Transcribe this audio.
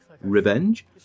Revenge